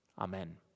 Amen